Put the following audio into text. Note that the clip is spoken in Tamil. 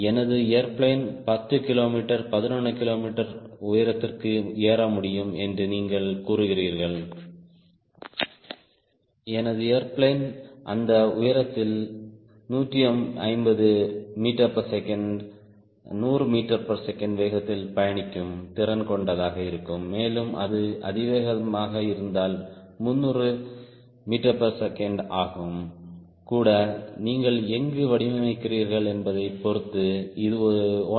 எனது ஏர்பிளேன் 10 கிலோமீட்டர் 11 கிலோமீட்டர் உயரத்திற்கு ஏற முடியும் என்று நீங்கள் கூறுகிறீர்கள் எனது ஏர்பிளேன் அந்த உயரத்தில் 150 ms 100 ms வேகத்தில் பயணிக்கும் திறன் கொண்டதாக இருக்கும் மேலும் அது அதிவேகமாக இருந்தால் 300 ms ஆகும் கூட நீங்கள் எங்கு வடிவமைக்கிறீர்கள் என்பதைப் பொறுத்து இது 1